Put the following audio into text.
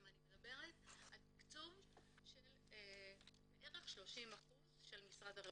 ואני מדברת על תקצוב של 30% בערך של משרד הרווחה.